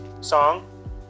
song